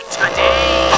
today